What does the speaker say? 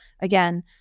again